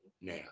now